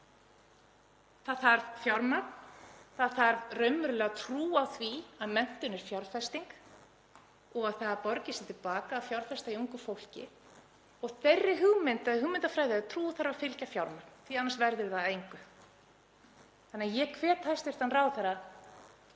Það þarf fjármagn. Það þarf raunverulega trú á því að menntun sé fjárfesting og að það borgi sig til baka að fjárfesta í ungu fólki, og þeirri hugmynd eða hugmyndafræði eða trú þarf að fylgja fjármagn, því annars verður það að engu. Ég hvet hæstv. ráðherra